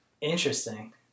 Interesting